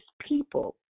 people